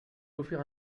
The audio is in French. offrir